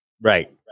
Right